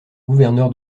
gouverneur